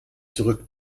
zurück